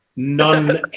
None